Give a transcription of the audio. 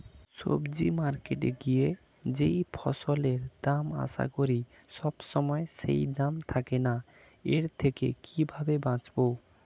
সবজি মার্কেটে গিয়ে যেই ফসলের দাম আশা করি সবসময় সেই দাম থাকে না এর থেকে কিভাবে বাঁচাবো?